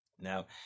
Now